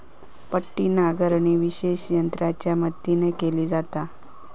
पट्टी नांगरणी विशेष यंत्रांच्या मदतीन केली जाता